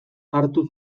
hartu